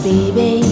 Baby